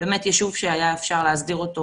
הוא באמת יישוב שהיה אפשר להסדיר אותו